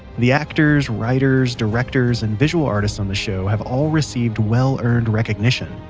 the actors, writers, directors, and visual artists on the show have all received well-earned recognition.